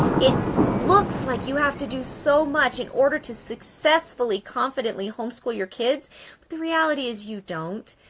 it looks like you have to do so much in order to successfully confidently homeschool your kids. but the reality is you don't,